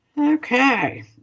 Okay